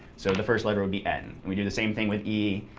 so the first letter would be n. we do the same thing with e.